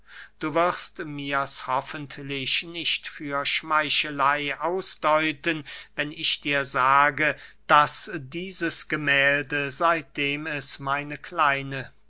du wirst mirs hoffentlich nicht für schmeicheley ausdeuten wenn ich dir sage daß dieses gemählde seitdem es meine kleine